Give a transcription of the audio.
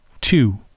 Two